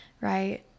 right